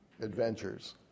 adventures